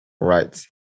right